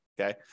okay